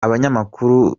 abanyamakuru